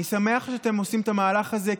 אני שמח שאתם עושים את המהלך הזה,